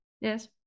Yes